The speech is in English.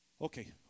Okay